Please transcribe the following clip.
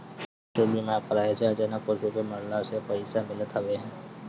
पशु बीमा कराए से अचानक पशु के मरला से पईसा मिलत हवे